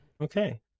Okay